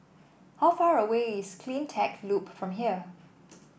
how far away is CleanTech Loop from here